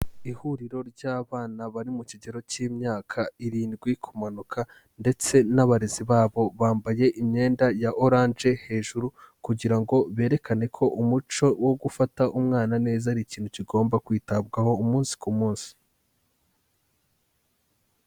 Ihuriro ry'abana bari mu kigero cy'imyaka irindwi kumanuka ndetse n'abarezi babo, bambaye imyenda ya oranje hejuru kugira ngo berekane ko umuco wo gufata umwana neza ari ikintu kigomba kwitabwaho umunsi ku munsi.